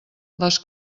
les